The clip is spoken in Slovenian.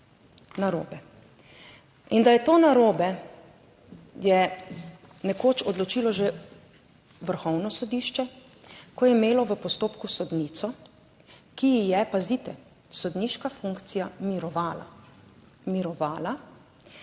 narobe in da je to narobe je nekoč odločilo že Vrhovno sodišče, ko je imelo v postopku sodnico, ki ji je, pazite, sodniška funkcija mirovala, mirovala,